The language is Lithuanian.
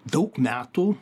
daug metų